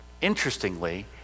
interestingly